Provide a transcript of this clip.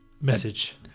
message